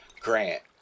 Grant